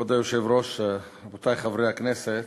כבוד היושב-ראש, רבותי חברי הכנסת,